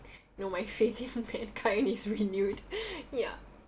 you know my faith in mankind is renewed ya